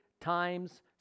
times